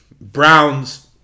Browns